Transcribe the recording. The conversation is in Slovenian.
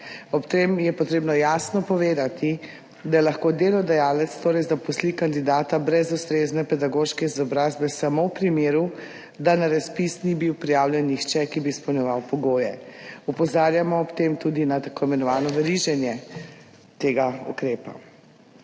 Ob tem je potrebno jasno povedati, da lahko delodajalec torej zaposli kandidata brez ustrezne pedagoške izobrazbe samo v primeru, da na razpis ni bil prijavljen nihče, ki bi izpolnjeval pogoje. Opozarjamo ob tem tudi na tako imenovano veriženje tega ukrepa.